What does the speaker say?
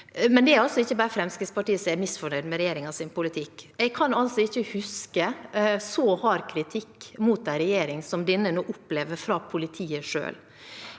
er altså ikke bare Fremskrittspartiet som er misfornøyd med regjeringens politikk. Jeg kan ikke huske så hard kritikk mot en regjering som det denne nå opplever fra politiet selv.